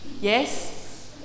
Yes